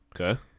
Okay